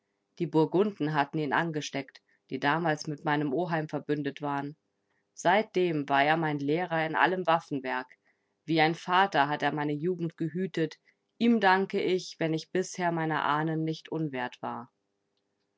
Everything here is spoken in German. die burgunden hatten ihn angesteckt die damals mit meinem oheim verbündet waren seitdem war er mein lehrer in allem waffenwerk wie ein vater hat er meine jugend gehütet ihm danke ich wenn ich bisher meiner ahnen nicht unwert war